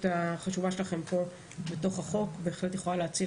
החשובה שלכם כאן בתוך החוק שבהחלט יכולה להציל